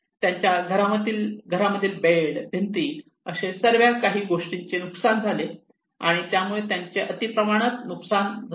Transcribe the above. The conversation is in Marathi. त्यांच्या घरामधील बेड भिंती असे सर्व काही गोष्टींचे नुकसान झाले आणि त्यामुळे त्यांचे अति प्रमाणात नुकसान झाले